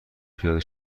پیاده